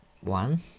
One